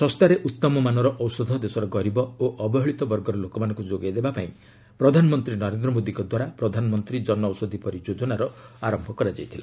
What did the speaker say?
ଶସ୍ତାରେ ଉତ୍ତମମାନର ଔଷଧ ଦେଶର ଗରିବ ଓ ଅବହେଳିତ ବର୍ଗର ଲୋକମାନଙ୍କ ଯୋଗାଇ ଦେବା ପାଇଁ ପ୍ରଧାନମନ୍ତ୍ରୀ ନରେନ୍ଦ୍ର ମୋଦୀଙ୍କ ଦ୍ୱାରା ପ୍ରଧାନମନ୍ତ୍ରୀ ଜନଔଷଧୀ ପରିଯୋଜନାର ଆରମ୍ଭ କରାଯାଇଥିଲା